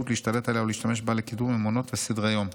להשתלט עליה או להשתמש בה לקידום אמונות וסדרי-יום.